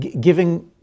giving